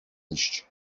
iść